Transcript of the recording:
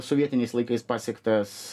sovietiniais laikais pasiektas